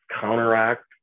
counteract